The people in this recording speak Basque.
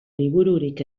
libururik